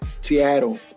Seattle